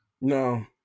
no